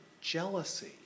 jealousy